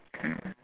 mm